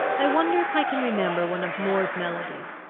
i wonder if i can remember one of moore's melodies?